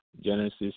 Genesis